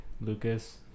Lucas